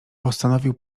postanowił